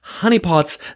honeypots